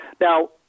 Now